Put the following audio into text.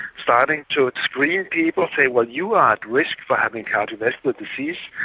starting to screen people, saying, well, you are at risk for having cardiovascular disease,